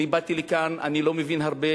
אני לא באתי לכאן, אני לא מבין הרבה